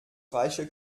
reiche